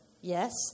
yes